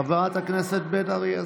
(חבר הכנסת יאיר גולן יוצא מאולם המליאה.) חברת הכנסת בן ארי,